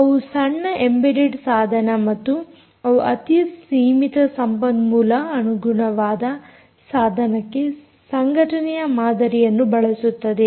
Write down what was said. ಅವು ಸಣ್ಣ ಎಂಬೆಡೆಡ್ ಸಾಧನ ಮತ್ತು ಅವು ಅತಿ ಸೀಮಿತ ಸಂಪನ್ಮೂಲ ಅನುಗುಣವಾದ ಸಾಧನಕ್ಕೆ ಸಂಘಟನೆಯ ಮಾದರಿಯನ್ನು ಬಳಸುತ್ತದೆ